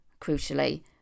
crucially